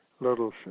little